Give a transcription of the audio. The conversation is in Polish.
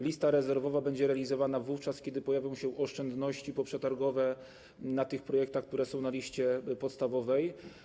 Lista rezerwowa będzie realizowana, kiedy pojawią się oszczędności poprzetargowe w ramach tych projektów, które są na liście podstawowej.